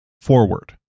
Forward